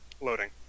Loading